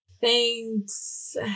thanks